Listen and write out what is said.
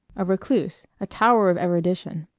a recluse, a tower of erudition.